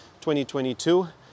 2022